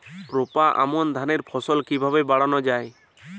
রোপা আমন ধানের ফলন কিভাবে বাড়ানো যায়?